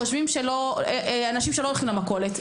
חושבים שאנשים שם לא הולכים למכולת.